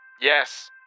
Yes